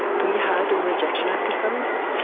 we had rejection episodes.